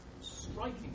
striking